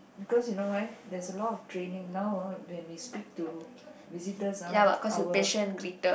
because you know why there's a lot of training now ah when we speak to visitors ah our